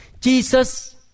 Jesus